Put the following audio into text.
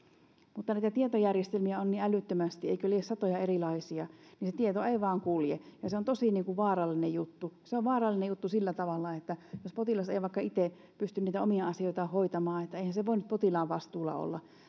mutta näitä tietojärjestelmiä on niin älyttömästi eikö lie satoja erilaisia että se tieto ei vain kulje ja ja se on tosi vaarallinen juttu se on vaarallinen juttu sillä tavalla että jos potilas ei vaikka itse pysty omia asioitaan hoitamaan eihän se voi nyt potilaan vastuulla olla